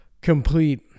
complete